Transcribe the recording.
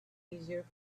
easier